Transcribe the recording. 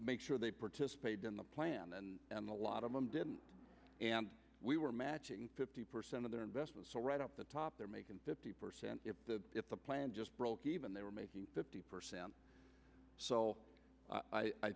make sure they participate in the plan and a lot of them didn't we were matching fifty percent of their investment so right up the top they're making fifty percent if the plan just broke even they were making fifty percent so i